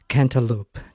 Cantaloupe